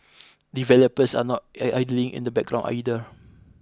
developers are not I idling in the background either